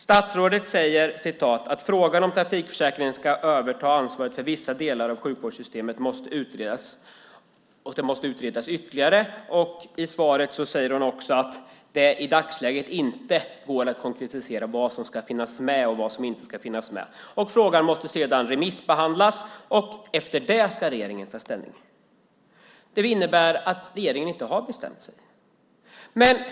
Statsrådet säger att frågan om huruvida trafikförsäkringen ska överta ansvaret för vissa delar av sjukförsäkringssystemet måste utredas, och det måste utredas ytterligare. I svaret säger hon också att det i dagsläget inte går att konkretisera vad som ska finnas med och vad som inte ska finnas med. Frågan måste sedan remissbehandlas. Efter det ska regeringen ta ställning. Det innebär att regeringen inte har bestämt sig.